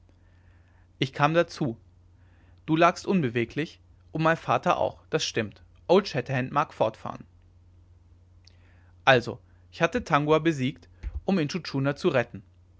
ich kam dazu du lagst unbeweglich und mein vater auch das stimmt old shatterhand mag fortfahren also ich hatte tangua besiegt um intschu tschuna zu retten